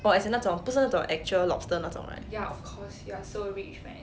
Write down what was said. orh as in 那种不是那种 actual lobster 那种 ah